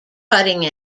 cutting